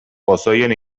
pozoien